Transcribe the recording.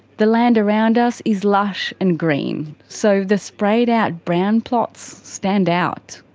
the land around us is lush and green, so the sprayed out brown plots stand out.